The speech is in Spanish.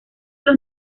los